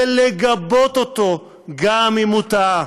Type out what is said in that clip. ולגבות אותו גם אם הוא טעה.